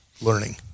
learning